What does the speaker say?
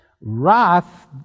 Wrath